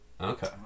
okay